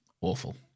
awful